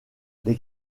les